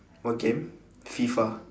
what game fifa